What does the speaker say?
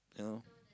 you know